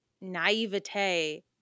naivete